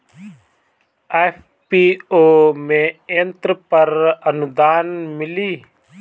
FPO में यंत्र पर आनुदान मिँली?